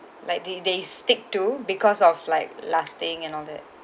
like did they stick to because of like lasting and all that